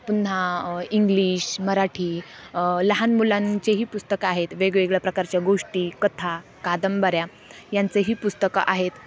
पुन्हा इंग्लिश मराठी लहान मुलांचेही पुस्तकं आहेत वेगवेगळ्या प्रकारच्या गोष्टी कथा कादंबऱ्या यांचंही पुस्तकं आहेत